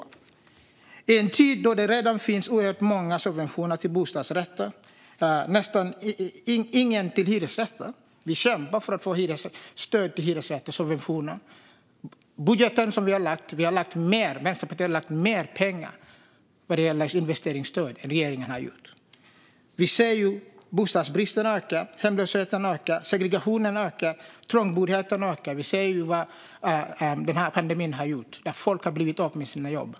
Detta är en tid då det redan finns oerhört många subventioner till bostadsrätter men nästan inga till hyresrätter. Vi kämpar för att få stöd eller subventioner till hyresrätter. Vi i Vänsterpartiet har i vår budget lagt mer pengar när det gäller investeringsstöd är vad regeringen har gjort. Vi ser ju att bostadsbristen, hemlösheten, segregationen och trångboddheten ökar. Vi ser vad den här pandemin har gjort; folk har blivit av med sina jobb.